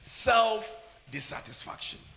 Self-dissatisfaction